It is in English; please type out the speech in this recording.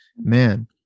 man